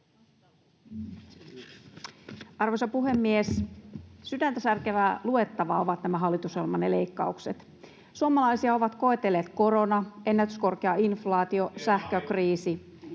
Arvoisa puhemies! Sydäntä särkevää luettavaa ovat nämä hallitusohjelmanne leikkaukset. Suomalaisia ovat koetelleet korona, ennätyskorkea inflaatio,